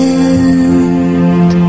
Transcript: end